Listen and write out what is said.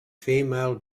female